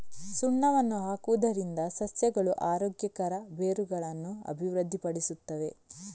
ಸುಣ್ಣವನ್ನು ಹಾಕುವುದರಿಂದ ಸಸ್ಯಗಳು ಆರೋಗ್ಯಕರ ಬೇರುಗಳನ್ನು ಅಭಿವೃದ್ಧಿಪಡಿಸುತ್ತವೆ